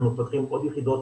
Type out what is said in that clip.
אנחנו פותחים עוד יחידות.